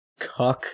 cuck